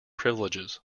privileges